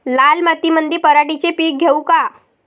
लाल मातीमंदी पराटीचे पीक घेऊ का?